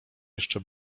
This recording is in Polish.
jeszcze